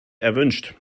erwünscht